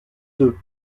deux